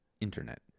internet